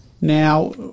Now